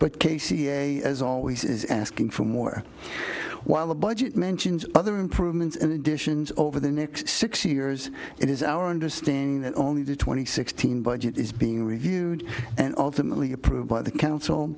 but k c a l as always is asking for more while the budget mentions other improvements in additions over the next six years it is our understanding that only the two thousand and sixteen budget is being reviewed and ultimately approved by the council